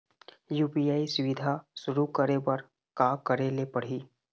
UPI सुविधा शुरू करे बर का करे ले पड़ही?